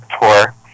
tour